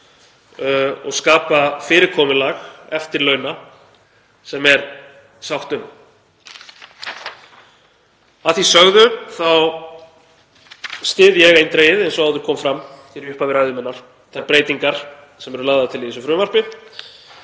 og skapa fyrirkomulag eftirlauna sem er sátt um. Að því sögðu þá styð ég eindregið, eins og kom fram í upphafi ræðu minnar, þær breytingar sem eru lagðar til í þessu frumvarpi